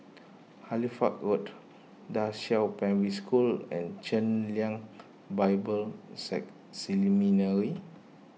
Halifax Road Da Qiao Primary School and Chen Lien Bible Seminary